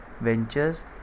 ventures